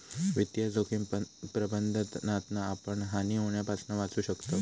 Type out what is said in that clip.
वित्तीय जोखिम प्रबंधनातना आपण हानी होण्यापासना वाचू शकताव